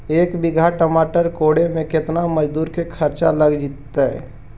एक बिघा टमाटर कोड़े मे केतना मजुर के खर्चा लग जितै?